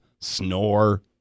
Snore